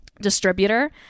distributor